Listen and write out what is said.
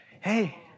hey